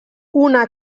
una